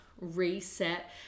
reset